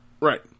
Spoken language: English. Right